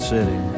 City